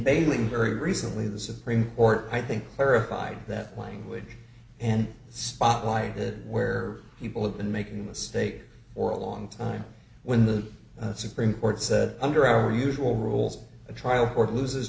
baling very recently the supreme court i think clarified that language and spotlighted where people have been making a mistake or a long time when the supreme court said under our usual rules a trial court loses